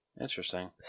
Interesting